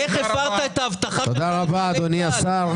איך הפרת את הבטחת --- תודה רבה, אדוני השר.